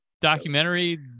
Documentary